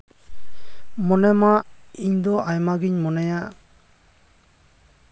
ᱢᱚᱱᱮ ᱢᱟ ᱤᱧ ᱫᱚ ᱟᱭᱢᱟ ᱜᱤᱧ ᱢᱚᱱᱮᱭᱟ